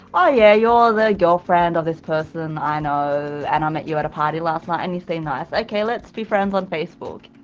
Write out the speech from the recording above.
oh yeah, you're the girlfriend of this person i know and i met you at a party last night and you seemed nice, okay, let's be friends on facebook.